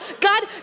God